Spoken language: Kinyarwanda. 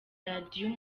radio